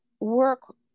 work